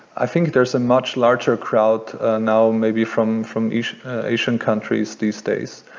i think there's a much larger crowd ah now maybe from from asian asian countries these days.